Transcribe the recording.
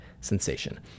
sensation